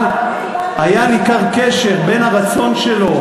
אבל היה ניכר קשר בין הרצון שלו,